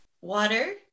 water